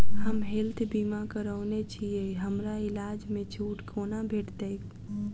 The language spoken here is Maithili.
हम हेल्थ बीमा करौने छीयै हमरा इलाज मे छुट कोना भेटतैक?